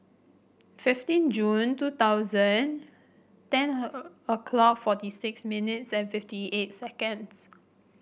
fifteen June two thousand ten her o'clock forty six minutes and fifty eight seconds